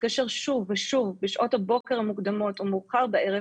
התקשר שוב ושוב בשעות הבוקר המוקדמות או מאוחר בערב,